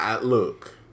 Look